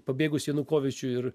pabėgus janukovyčiui ir